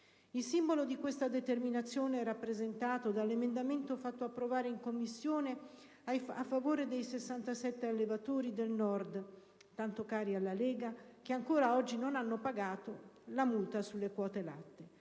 Il simbolo di questa determinazione è rappresentato dall'emendamento fatto approvare in Commissione a favore dei 67 allevatori del Nord, tanto cari alla Lega, che ancora oggi non hanno pagato la multa sulle quote latte.